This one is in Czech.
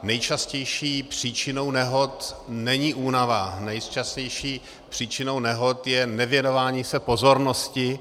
Nejčastější příčinou nehod není únava, nejčastější příčinou nehod je nevěnování se pozornosti.